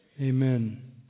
Amen